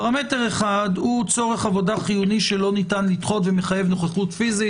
פרמטר אחד הוא צורך עבודה חיוני שלא ניתן לדחות ומחייב נוכחות פיזית.